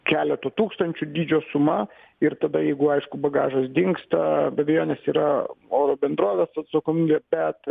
keleto tūkstančių dydžio suma ir tada jeigu aišku bagažas dingsta be abejonės yra oro bendrovės atsakomybė bet